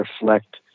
reflect